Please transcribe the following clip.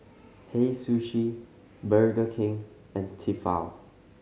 Hei Sushi Burger King and Tefal